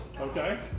Okay